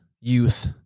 youth